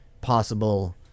possible